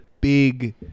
big